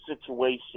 situation